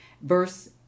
Verse